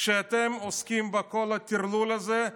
כשאתם עוסקים בכל הטרטור הזה,